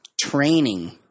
training